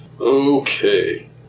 Okay